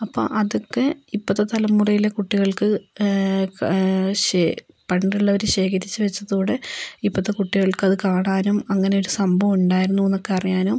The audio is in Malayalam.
അപ്പം അതൊക്കെ ഇപ്പത്തെ തലമുറയിലെ കുട്ടികൾക്ക് പണ്ടുള്ളവര് ശേഖരിച്ച് വച്ചതോടെ ഇപ്പത്തെ കുട്ടികൾക്ക് അത് കാണാനും അങ്ങനെയൊരു സംഭവം ഉണ്ടായിരുന്നു എന്നൊക്കെ അറിയാനും